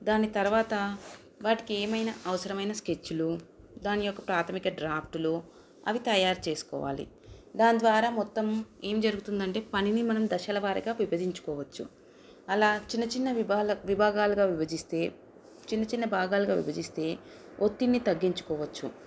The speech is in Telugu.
దాని తర్వాత వాటికి ఏమైనా అవసరమైన స్కెచ్లు దాని యొక్క ప్రాథమిక డ్రాఫ్ట్లు అవి తయారు చేసుకోవాలి దాని ద్వారా మొత్తం ఏం జరుగుతుందంటే పనిని మనం దశల వారిగా విభజించుకోవచ్చు అలా చిన్న చిన్న విభాగాలుగా విభజిస్తే చిన్న చిన్న భాగాలుగా విభజిస్తే ఒత్తిడిని తగ్గించుకోవచ్చు